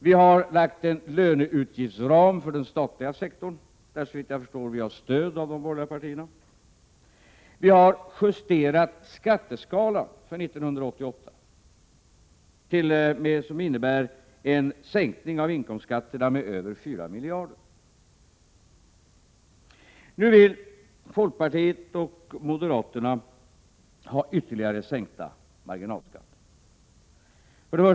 Vi har vidare lagt en löneutgiftsram för den statliga sektorn, och för det har vi såvitt jag förstår stöd från de borgerliga partierna. Vi har justerat skatteskalan för 1988, innebärande en sänkning av inkomstskatterna med över 4 miljarder kronor. Nu vill folkpartiet och moderaterna ha ytterligare sänkta marginalskatter.